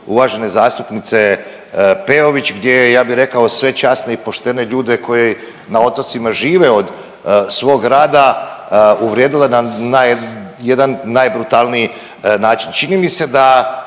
uvažene zastupnice Peović, gdje je, ja bih rekao, sve časne i poštene ljude koji na otocima žive od svog rada, uvrijedila na .../nerazumljivo/... jedan najbrutalniji način. Čini mi se da